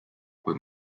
kui